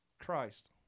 Christ